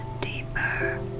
deeper